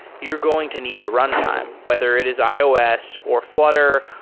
you're going to need a runtime, whether it is ios, or flutter,